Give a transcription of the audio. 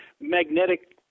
Magnetic